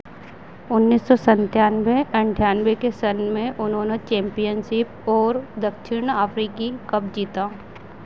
उन्नीस सौ सत्तानवे अठ्ठानवे के सन में उन्होंने चैम्पियनशिप और दक्षिण अफ्रीकी कप जीता